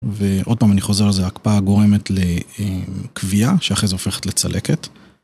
ועוד פעם אני חוזר על זה הקפאה גורמת לכביה שאחרי זה הופכת לצלקת.